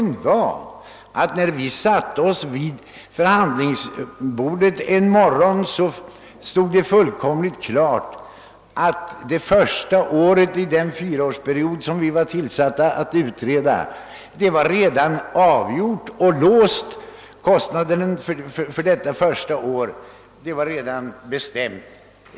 Den andra var att det en morgon när vi satte oss vid förhandlingsbordet gjordes fullkomligt klart att kostnadsramen för det första året i den fyraårsperiod som vi var tillsatta att utreda redan var spikad i kanslihuset.